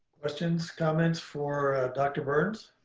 questions, comments for dr. burns?